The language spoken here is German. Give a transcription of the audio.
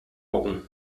augen